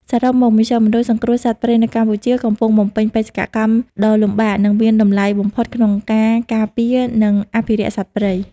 សរុបមក មជ្ឈមណ្ឌលសង្គ្រោះសត្វព្រៃនៅកម្ពុជាកំពុងបំពេញបេសកកម្មដ៏លំបាក និងមានតម្លៃបំផុតក្នុងការការពារ និងអភិរក្សសត្វព្រៃ។